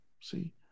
see